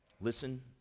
Listen